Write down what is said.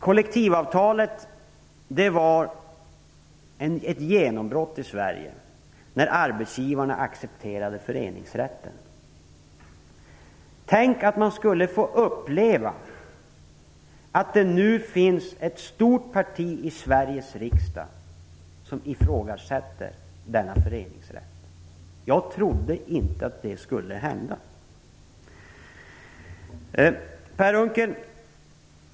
Kollektivavtalet var ett genombrott i Sverige. Arbetsgivarna accepterade föreningsrätten. Tänk att man skulle få uppleva att ett stort parti i Sveriges riksdag ifrågasätter denna föreningsrätt! Jag trodde inte att det skulle hända.